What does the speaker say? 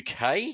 UK